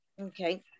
Okay